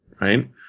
right